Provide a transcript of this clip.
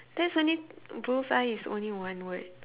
that's only bullseye is only one word